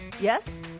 Yes